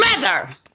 mother